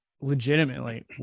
legitimately